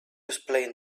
explain